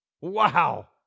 Wow